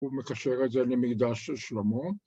הוא מקשר את זה למקדש של שלמה.